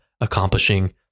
accomplishing